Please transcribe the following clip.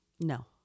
No